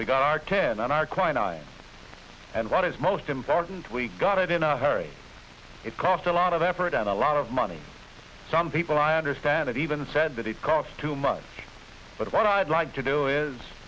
we got our ten on our clients and what is most important we got it in a hurry it cost a lot of effort and a lot of money some people i understand even said that it cost too much but what i'd like to do is